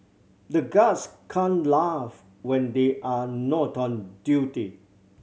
the guards can't laugh when they are not on duty